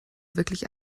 wirklich